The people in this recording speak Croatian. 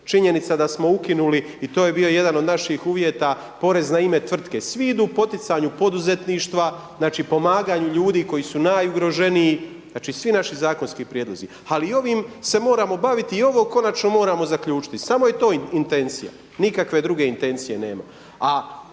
činjenica da smo ukinuli i to je bio jedan od naših uvjeta, porez na ime tvrtke, svi idu poticanju poduzetništva, pomaganju ljudi koji su najugroženiji, svi naši zakonski prijedlozi. Ali ovim se moramo baviti i ovo konačno moramo zaključiti, samo je to intencija, nikakve druge intencije nema.